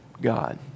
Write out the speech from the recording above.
God